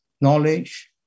knowledge